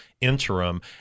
interim